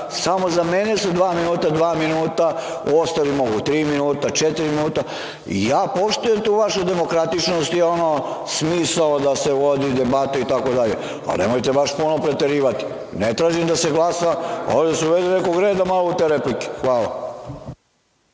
Samo za mene su dva minuta dva minuta, ostali mogu tri minuta, četiri minuta. Poštujem tu vašu demokratičnost i ono smisao da se vodi debata itd, ali nemojte baš puno preterivati. Ne tražim da se glasa, ali da se uvede nekog reda malo u te replike. Hvala.